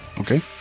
Okay